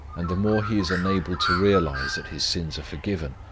and the more he is enabled to realize that his sins are forgiven,